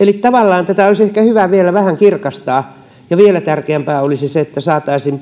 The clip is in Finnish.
eli tavallaan tätä olisi ehkä hyvä vielä vähän kirkastaa ja vielä tärkeämpää olisi se että saataisiin